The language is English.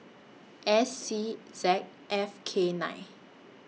S C Z F K nine